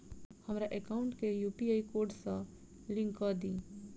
हमरा एकाउंट केँ UPI code सअ लिंक कऽ दिऽ?